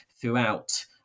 throughout